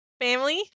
Family